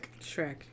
Shrek